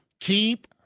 keep